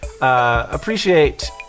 Appreciate